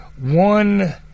one